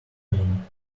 pain